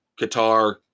Qatar